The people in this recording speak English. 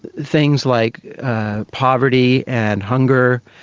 things like poverty and hunger,